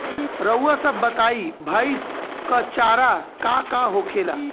रउआ सभ बताई भईस क चारा का का होखेला?